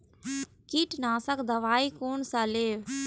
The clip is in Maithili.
कीट नाशक दवाई कोन सा लेब?